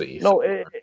No